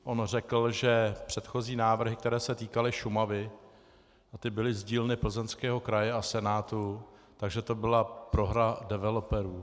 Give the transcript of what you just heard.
On řekl, že předchozí návrhy, které se týkaly Šumavy, a ty byly z dílny Plzeňského kraje a Senátu, že to byla prohra developerů.